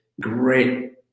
great